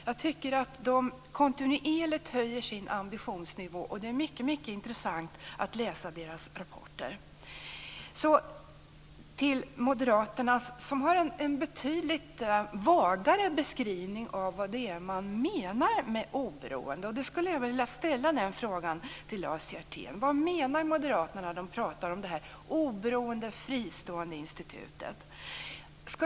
Jag tycker att verket kontinuerligt höjer sin ambitionsnivå. Det är mycket intressant att läsa dess rapporter. Moderaterna har en betydligt vagare beskrivning av vad det är man menar med oberoende. Jag vill ställa en fråga till Lars Hjertén. Vad menar Moderaterna när de pratar om det här oberoende, fristående institutet?